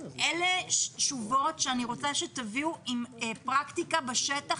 אלה תשובות שאני רוצה שתביאו עם פרקטיקה בשטח,